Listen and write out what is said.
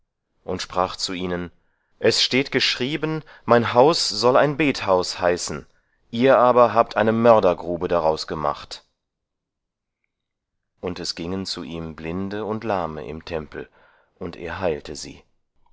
und sprach zu ihnen es steht geschrieben mein haus soll ein bethaus heißen ihr aber habt eine mördergrube daraus gemacht und es gingen zu ihm blinde und lahme im tempel und er heilte sie